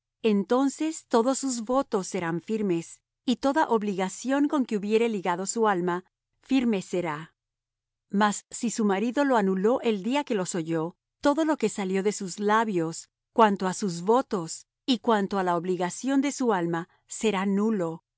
entonces todos sus votos serán firmes y toda obligación con que hubiere ligado su alma firme será mas si su marido los anuló el día que los oyó todo lo que salió de sus labios cuanto á sus votos y cuanto á la obligación de su alma será nulo